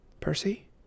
Percy